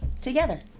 together